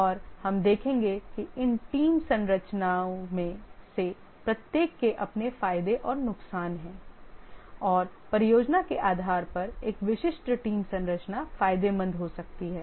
और हम देखेंगे कि इन टीम संरचनाओं में से प्रत्येक के अपने फायदे और नुकसान हैं और परियोजना के आधार पर एक विशिष्ट टीम संरचना फायदेमंद हो सकती है